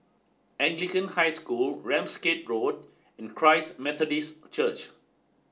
Anglican High School Ramsgate Road and Christ Methodist Church